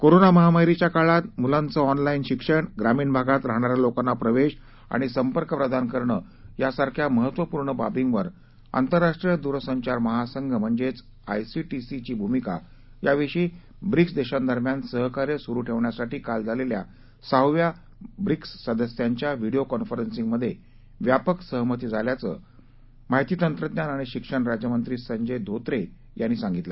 corona महामारीच्या काळात मुलांचे ऑनलाइन शिक्षण ग्रामीण भागात राहणा या लोकांना प्रवेश आणि संपर्क प्रदान करणं यासारख्या महत्त्वपूर्ण बाबींवर आंतरराष्ट्रीय दूरसंचार महासंघ म्हणजेच आयसीटीची भूमिका या विषयी ब्रिक्स देशांदरम्यान सहकार्य सुरू ठेवण्यासाठी काल झालेल्या सहाव्या ब्रिक्स सदस्यांच्या व्हिडिओ कॉन्फरसिंगमधे व्यापक सहमती झाल्याचं माहिती तंत्रज्ञान आणि शिक्षण राज्यमंत्री संजय धोत्रे यांनी दिली